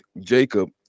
Jacob